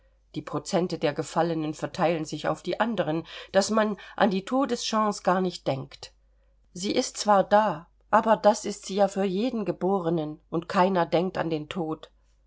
die prozente der gefallenen verteilen sich auf die anderen daß man an die todeschance gar nicht denkt sie ist zwar da aber das ist sie ja für jeden geborenen und keiner denkt an den tod